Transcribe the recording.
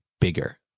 bigger